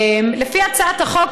לפי הצעת החוק,